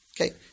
Okay